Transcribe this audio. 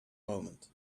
moment